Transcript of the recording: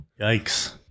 Yikes